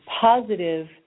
positive